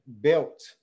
built